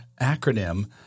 acronym